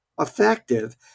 effective